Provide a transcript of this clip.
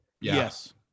Yes